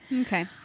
Okay